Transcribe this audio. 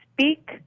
speak